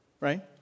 Right